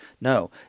No